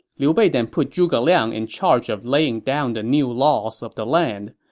liu bei then put zhuge liang in charge of laying down the new laws of the land,